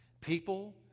people